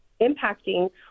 impacting